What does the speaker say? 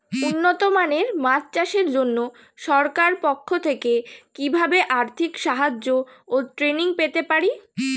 উন্নত মানের মাছ চাষের জন্য সরকার পক্ষ থেকে কিভাবে আর্থিক সাহায্য ও ট্রেনিং পেতে পারি?